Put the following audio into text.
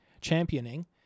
championing